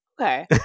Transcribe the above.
Okay